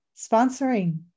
sponsoring